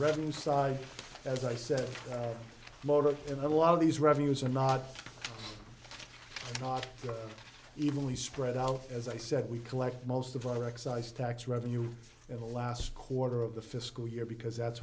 revenue side as i said motor in a lot of these revenues are not not evenly spread out as i said we collect most of our excise tax revenue in the last quarter of the fiscal year because that's